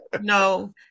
No